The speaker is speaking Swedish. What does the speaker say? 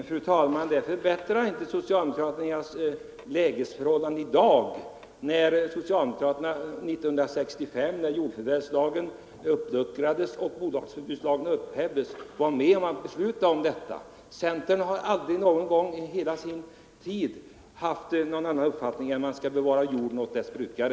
Fru talman! Det förbättrar inte socialdemokraternas läge i dag, eftersom socialdemokraterna 1965 då jordförvärvslagen uppluckrades och bolagsförbudslagen upphävdes var med att besluta om detta. Centern däremot har aldrig under hela sin tid haft någon annan uppfattning än att vi skall bevara jorden åt dess brukare.